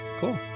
cool